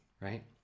right